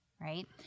right